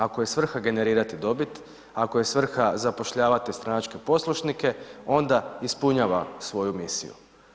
Ako je svrha generirati dobit, ako je svrha zapošljavati stranačke poslušnike, onda ispunjava svoju misiju.